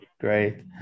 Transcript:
great